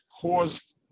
caused